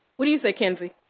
what do you say, kenzie?